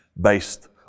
based